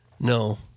No